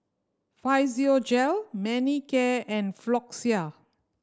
Physiogel Manicare and Floxia